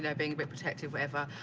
yeah being but protechive, whatever.